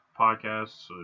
Podcasts